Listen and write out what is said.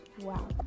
Wow